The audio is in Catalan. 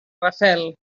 rafael